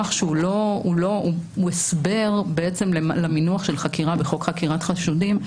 שהוא הסבר למינוח של חקירה בחוק חקירת חשודים,